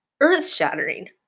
earth-shattering